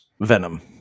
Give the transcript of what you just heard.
Venom